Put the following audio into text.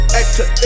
actor